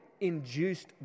induced